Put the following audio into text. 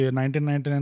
1999